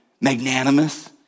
magnanimous